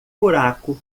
buraco